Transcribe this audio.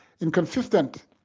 inconsistent